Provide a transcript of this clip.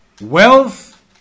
wealth